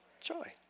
Joy